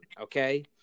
okay